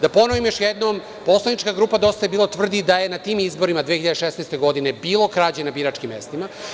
Da ponovim još jednom, poslanička grupa Dosta je bilo, tvrdi da je na tim izborima 2016. godine bilo krađe na biračkim mestima.